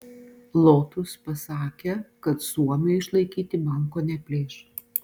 lotus pasakė kad suomiui išlaikyti banko neplėš